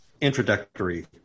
introductory